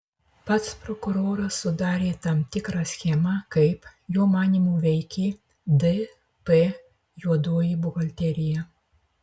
pats prokuroras sudarė tam tikrą schemą kaip jo manymu veikė dp juodoji buhalterija